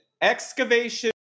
excavation